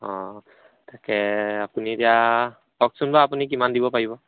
অঁ তাকে আপুনি এতিয়া কওকচোন বাৰু আপুনি কিমান দিব পাৰিব